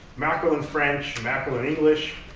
mackerel in french, mackerel in english,